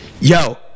Yo